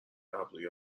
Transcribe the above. ابروی